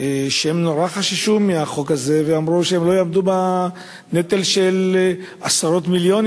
שהם נורא חששו מהחוק הזה ואמרו שהם לא יעמדו בנטל של עשרות מיליונים.